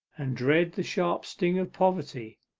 and dread the sharp sting of poverty.